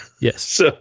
Yes